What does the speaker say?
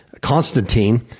Constantine